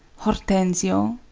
hortensio.